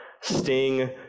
sting